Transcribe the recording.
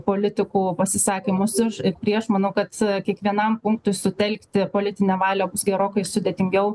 politikų pasisakymus už ir prieš manau kad kiekvienam punktui sutelkti politinę valią bus gerokai sudėtingiau